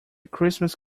christmas